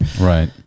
right